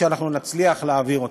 שאנחנו נצליח להעביר אותה.